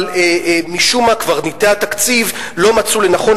אבל משום מה קברניטי התקציב לא מצאו לנכון